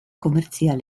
komertzial